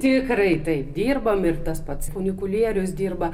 tikrai taip dirbam ir tas pats funikulierius dirba